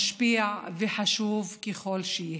משפיע וחשוב ככל שיהא.